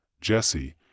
Jesse